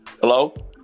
Hello